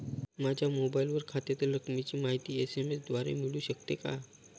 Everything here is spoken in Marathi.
माझ्या मोबाईलवर खात्यातील रकमेची माहिती एस.एम.एस द्वारे मिळू शकते का?